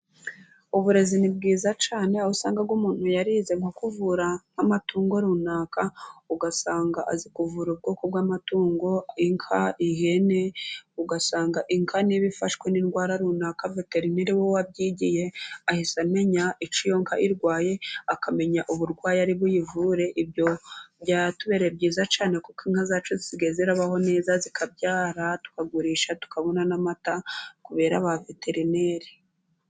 Uburezi ni bwiza cyane aho usanga umuntu yarize nko kuvura nk'amatungo runaka, ugasanga azi kuvura ubwoko bw'amatungo inka, ihene, ugasanga inka niba ifashwe n'indwara runaka veterineri we wabyigiye ahise amenya icyo iyo nka irwaye. Akamenya uburwayi ari buyivure, ibyo byatubere byiza cyane kuko inka zacu zisigaye zibaho neza, zikabyara tukagurisha tukabona n'amata kubera ba veterineri.